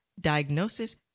diagnosis